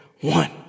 One